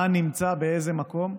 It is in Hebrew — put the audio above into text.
מה נמצא באיזה מקום,